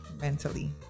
mentally